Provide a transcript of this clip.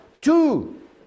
two